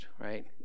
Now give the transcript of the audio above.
right